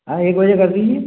हाँ एक बजे कर दीजिए